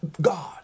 God